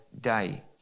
day